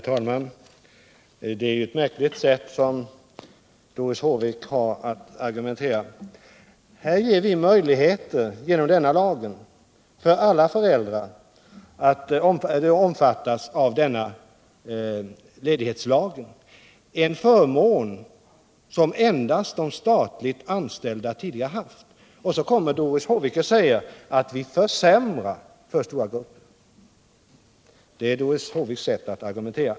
Herr talman! Det är ett märkligt sätt som Doris Håvik har att argumentera. Här ger vi möjligheter för alla föräldrar att omfattas av ledighetslagen — en förmån som endast de statligt anställda tidigare haft, och så kommer Doris Håvik och säger att vi försämrar för stora grupper. Det är Doris Håviks sätt att argumentera.